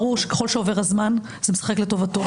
ברור שככל שעובר הזמן זה משחק לטובתו.